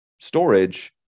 storage